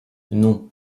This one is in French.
non